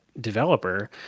developer